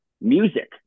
music